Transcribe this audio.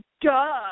duh